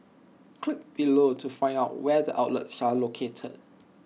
click below to find out where the outlets are located